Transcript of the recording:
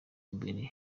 mbere